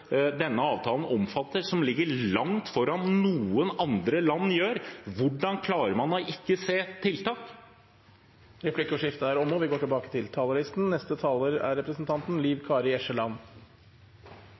denne avtalen omfatter, som ligger langt foran det noen andre land gjør. Hvordan klarer man å ikke se tiltak? Replikkordskiftet er omme. Dette er